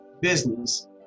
business